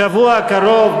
בשבוע הקרוב,